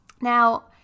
now